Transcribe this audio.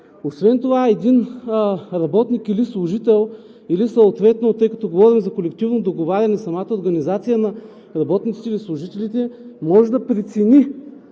Освен това, един работник или служител, или съответно, тъй като говорим за колективно договаряне, самата организация на работниците или служителите може да прецени